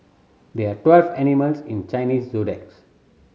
there are twelve animals in Chinese zodiacs